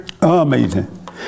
Amazing